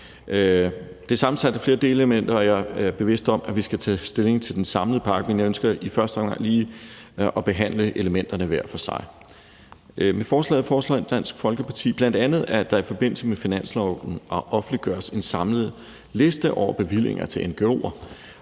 Det er sammensat af flere delelementer, og jeg er bevidst om, at vi skal tage stilling til den samlede pakke, men jeg ønsker i første omgang lige at behandle elementerne hver for sig. Med forslaget foreslår Dansk Folkeparti bl.a., at der i forbindelse med finansloven offentliggøres en samlet liste over bevillinger til ngo'er,